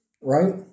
right